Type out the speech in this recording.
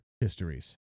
histories